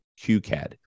QCAD